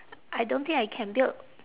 I don't think I can build